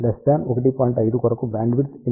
5 కొరకు బ్యాండ్విడ్త్ 8